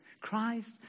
Christ